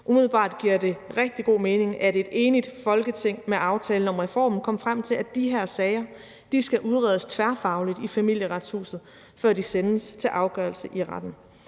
Umiddelbart giver det rigtig god mening, at et enigt Folketing med aftalen om reformen kom frem til, at de her sager skal udredes tværfagligt i Familieretshuset, før de sendes til afgørelse i retten.